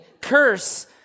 curse